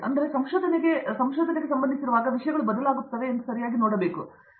ಆದರೆ ಸಂಶೋಧನೆ ಸಂಬಂಧಿಸಿರುವಾಗ ವಿಷಯಗಳು ಬದಲಾಗುತ್ತವೆ ಎಂದು ನಾವು ಸರಿಯಾಗಿ ನೋಡುತ್ತೇವೆ